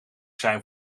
zijn